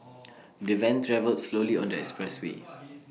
the van travelled slowly on the expressway